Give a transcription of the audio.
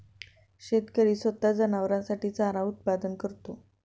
शेतकरी स्वतः जनावरांसाठी चारा उत्पादन करतो